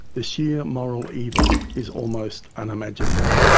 the sheer moral evil, is almost unimaginable'.